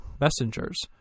messengers